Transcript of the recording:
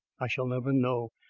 i shall never know,